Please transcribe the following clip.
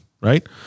right